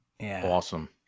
awesome